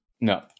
No